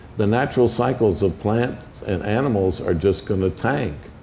the natural cycles of plants and animals are just going to tank.